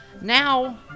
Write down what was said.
Now